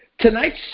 Tonight's